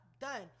Done